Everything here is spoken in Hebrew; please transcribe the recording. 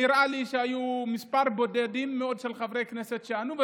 נראה לי שהיו בודדים מבין חברי הכנסת שענו,